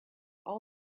all